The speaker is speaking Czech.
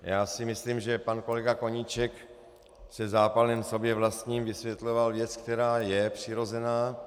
Já si myslím, že pan kolega Koníček se zápalem sobě vlastním vysvětloval věc, která je přirozená.